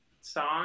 song